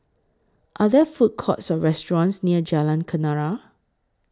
Are There Food Courts Or restaurants near Jalan Kenarah